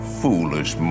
foolish